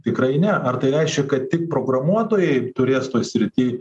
tikrai ne ar tai reiškia kad tik programuotojai turės toj srity